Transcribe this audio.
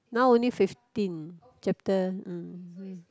now only fifteen chapter mm